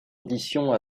auditions